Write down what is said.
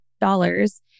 dollars